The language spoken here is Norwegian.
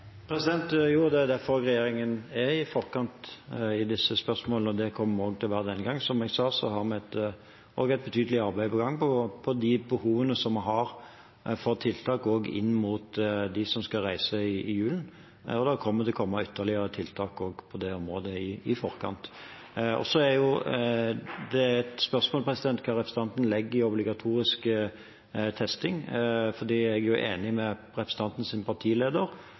Jo, og det er derfor regjeringen er i forkant i disse spørsmålene, og det kommer vi også til å være denne gangen. Som jeg sa, har vi også et betydelig arbeid på gang på de behovene vi har for tiltak, også inn mot dem som skal reise i julen, og det kommer til å komme ytterligere tiltak også på det området i forkant. Så er det et spørsmål hva representanten legger i obligatorisk testing, for jeg er enig med representantens partileder,